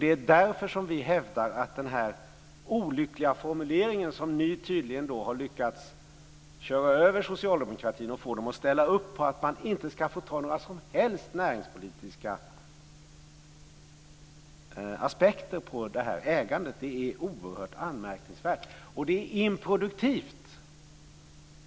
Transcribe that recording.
Det är därför som vi hävdar att den här olyckliga formuleringen, där ni tydligen har lyckats köra över socialdemokratin och få dem att ställa upp på att man inte ska få ha några som helst näringspolitiska aspekter på detta ägande, är oerhört anmärkningsvärd. Det är dessutom improduktivt.